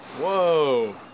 Whoa